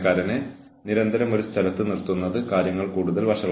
ജീവനക്കാരന് അത് എങ്ങനെ നേടാനാകുമെന്നാണ് നിങ്ങൾ കരുതുന്നത്